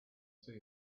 see